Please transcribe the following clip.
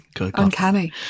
Uncanny